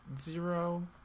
zero